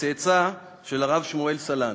וצאצא של הרב שמואל סלנט.